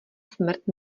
smrt